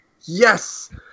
Yes